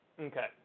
Okay